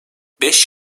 beş